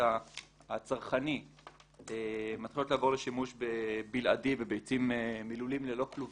הצרכני - לשימוש בלעדי בביצים מלולים ללא כלובים.